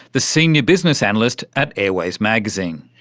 the senior business analyst at airways magazine.